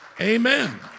Amen